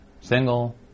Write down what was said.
single